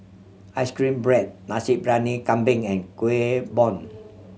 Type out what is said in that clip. ice cream bread Nasi Briyani Kambing and Kuih Bom